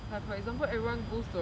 like for example everyone goes to a